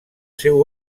seu